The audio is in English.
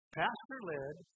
pastor-led